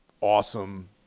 awesome